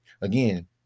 Again